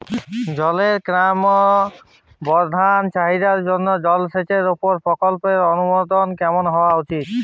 জলের ক্রমবর্ধমান চাহিদার জন্য জলসেচের উপর প্রকল্পের অনুমোদন কেমন হওয়া উচিৎ?